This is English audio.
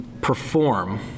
perform